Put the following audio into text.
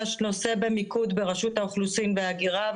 ממש במיקוד של רשות האוכלוסין וההגירה,